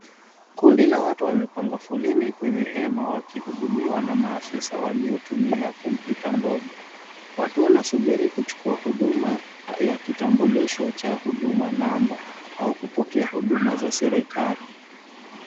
Kundi la watu wamepanga foleni kwenye hema wakihudumiwa na maafisa waliotumia kompyuta ndogo. Watu wanasubiri kuchukua huduma ya kitambulisho cha Huduma number au kupokea huduma za serikali.